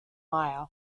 maya